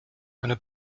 eine